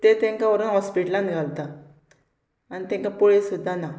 ते तांकां व्हरोन हॉस्पिटलान घालता आनी तांकां पळय सुद्दां ना